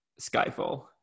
Skyfall